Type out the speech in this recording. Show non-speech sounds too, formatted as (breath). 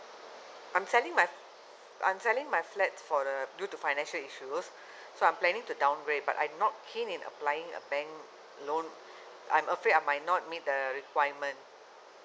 I'm selling my I'm selling my flat for the due to financial issues (breath) so I'm planning to downgrade but I'm not keen in applying a bank loan I'm afraid I might not meet the requirement